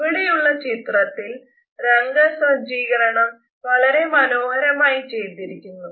ഇവിടെയുള്ള ചിത്രത്തിൽ രംഗസജ്ജീകരണം വളരെ മനോഹരമായി ചെയ്തിരിക്കുന്നു